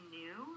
new